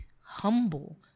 humble